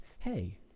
hey